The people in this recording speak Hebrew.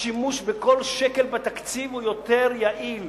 השימוש בכל שקל בתקציב הוא יותר יעיל.